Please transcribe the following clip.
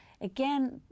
again